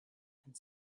and